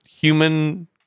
human